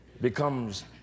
becomes